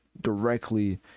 directly